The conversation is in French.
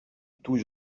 tout